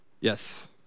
Yes